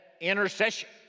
intercession